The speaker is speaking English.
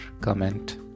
comment